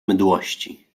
mdłości